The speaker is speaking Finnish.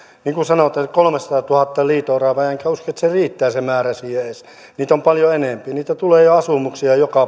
niin kuin sanotaan on kolmesataatuhatta liito oravaa enkä usko että se määrä edes riittää siihen niitä on paljon enempi niitä tulee jo asumuksiin ja joka